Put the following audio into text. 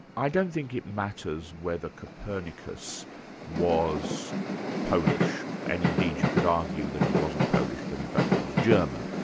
i don't think it matters whether copernicus was polish, and indeed you could argue that he wasn't polish but in fact he was german,